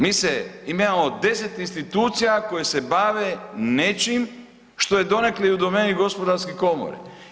Mi se, imamo 10 institucija koje se bave nečim što je donekle i u domeni gospodarske komore.